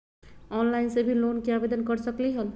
Online से भी loan के आवेदन कर सकलीहल?